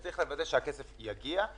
צריך לוודא שהכסף יגיע,